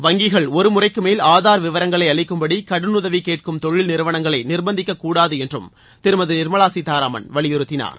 வங்கிகள் ஒரு முறைக்கு மேல் ஆதார் விவரங்களை அளிக்கும்படி கடனுதவி கேட்கும் தொழில் நிறுவனங்களை நிர்பந்திக்கக்கூடாது என்றும் திருமதி நிர்மலா சீதாராமன் வலியுறுத்தினார்